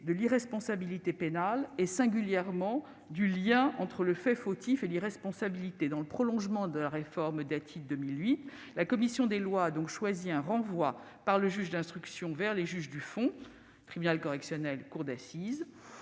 de l'irresponsabilité pénale et, singulièrement, du lien entre le fait fautif et l'irresponsabilité. Dans le prolongement de la réforme Dati de 2008, la commission des lois a donc choisi un renvoi par le juge d'instruction vers le juge du fond, à savoir le tribunal correctionnel ou la cour d'assises,